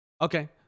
Okay